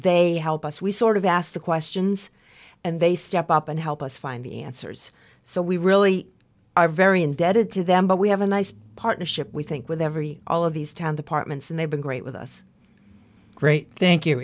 they help us we sort of ask the questions and they step up and help us find the answers so we really are very indebted to them but we have a nice partnership we think with every all of these town departments and they've been great with us great thank you